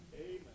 Amen